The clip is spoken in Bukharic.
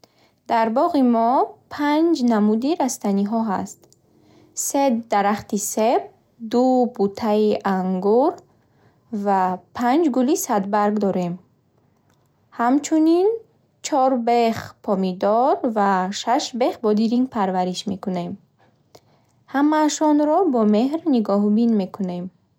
Дар боғи мо панҷ намуди растаниҳо ҳаст. Се дарахти себ, ду буттаи ангур ва панҷ гули садбарг дорем. Ҳамчунин, чор бех помидор ва шаш бех бодиринг парвариш мекунем. Ҳамаашонро бо меҳр нигоҳубин мекунем.